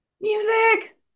music